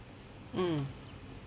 mm